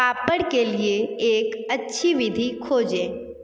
पापड़ के लिए एक अच्छी विधि खोजें